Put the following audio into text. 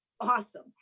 awesome